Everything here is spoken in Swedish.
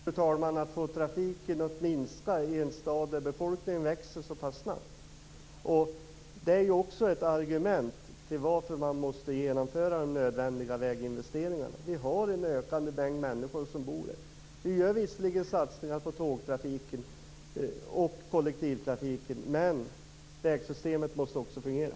Fru talman! Det är svårt att få trafiken att minska i en stad där befolkningen växer så pass snabbt. Det är också ett argument för varför man måste genomföra de nödvändiga väginvesteringarna. En ökande mängd människor bor här. Vi gör visserligen satsningar på tågtrafiken och kollektivtrafiken, men vägsystemet måste också fungera.